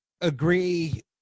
agree